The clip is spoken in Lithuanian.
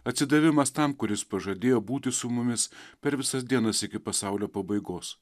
atsidavimas tam kuris pažadėjo būti su mumis per visas dienas iki pasaulio pabaigos